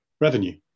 revenue